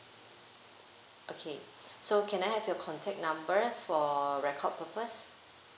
okay so can I have your contact number for record purpose